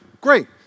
Great